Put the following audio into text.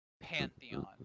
pantheon